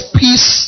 peace